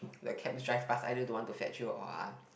the cab drive past either don't want to fetch you or are